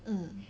mm